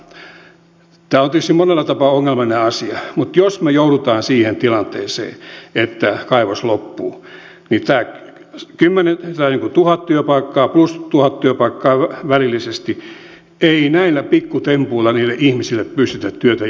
tämä on tietysti monella tapaa ongelmallinen asia mutta jos me joudumme siihen tilanteeseen että kaivos loppuu niin tuhat työpaikkaa plus tuhat työpaikkaa välillisesti ei näillä pikkutempuilla niille ihmisille pystytä työtä järjestämään